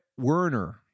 Werner